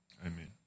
Amen